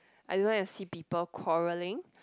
I don't like to see people quarrelling